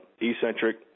eccentric